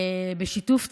בשיתוף ציבור.